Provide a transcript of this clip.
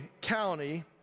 County